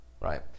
right